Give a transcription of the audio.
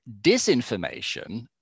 Disinformation